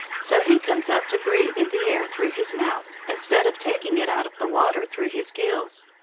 so he comes up to breathe in the air through his mouth, instead of taking it out of the water through his gills.